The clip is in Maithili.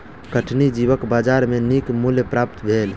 कठिनी जीवक बजार में नीक मूल्य प्राप्त भेल